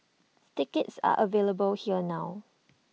tickets are available here now